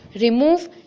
Remove